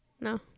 No